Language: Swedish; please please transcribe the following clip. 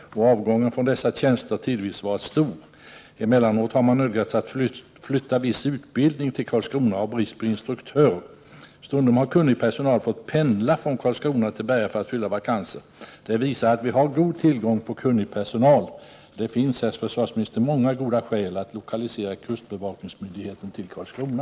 Avgången från dessa tjänster har tidvis varit stor. Emellanåt har man nödgats flytta viss utbildning till Karlskrona på grund av brist på instruktörer. Stundom har kunnig personal fått pendla från Karlskrona till Berga för att fylla vakanser. Detta visar att det finns god tillgång på kunnig personal. Det finns, herr försvarsminister, många goda skäl att lokalisera kustbevakningsmyndigheten till Karlskrona.